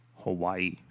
Hawaii